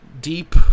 deep